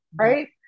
right